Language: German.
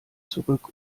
zurück